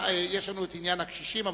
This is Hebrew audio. יש לנו עניין הקשישים,